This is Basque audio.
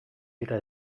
dira